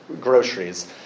groceries